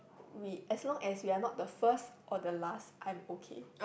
we as long as we're not the first or the last I'm okay